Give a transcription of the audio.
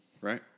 right